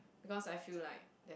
because I feel like there's